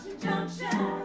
Junction